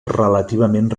relativament